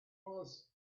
was